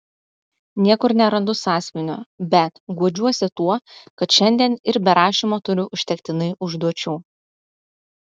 niekur nerandu sąsiuvinio bet guodžiuosi tuo kad šiandien ir be rašymo turiu užtektinai užduočių